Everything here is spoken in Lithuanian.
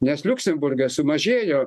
nes liuksemburge sumažėjo